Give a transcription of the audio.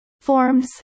Forms